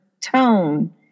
tone